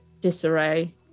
disarray